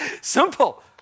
Simple